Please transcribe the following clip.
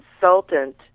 consultant